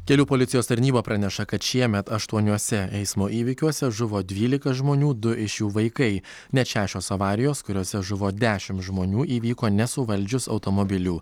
kelių policijos tarnyba praneša kad šiemet aštuoniuose eismo įvykiuose žuvo dvylika žmonių du iš jų vaikai net šešios avarijos kuriose žuvo dešim žmonių įvyko nesuvaldžius automobilių